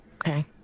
Okay